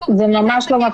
זה ממש לא מפחיד אותם.